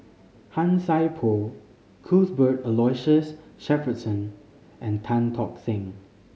Han Sai Por Cuthbert Aloysius Shepherdson and Tan Tock Seng